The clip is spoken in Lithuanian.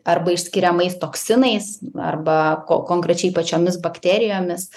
arba išskiriamais toksinais arba ko konkrečiai pačiomis bakterijomis